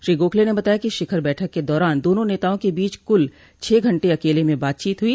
श्री गोखले ने बताया कि शिखर बैठक के दौरान दोनों नेताओं के बीच कूल छह घंटे अकेले में बातचीत हुई